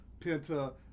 Penta